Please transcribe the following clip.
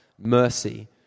mercy